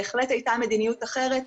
בהחלט הייתה מדיניות אחרת,